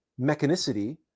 mechanicity